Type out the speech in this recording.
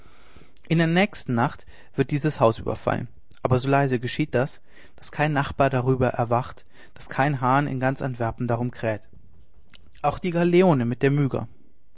in der nächsten nacht wird dieses haus überfallen aber so leise geschieht das daß kein nachbar keine nachbarin darüber erwacht daß kein hahn in ganz antwerpen darum kräht auf die galeone mit der